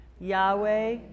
Yahweh